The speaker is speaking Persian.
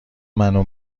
منو